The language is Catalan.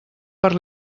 per